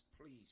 please